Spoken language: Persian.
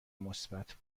مثبت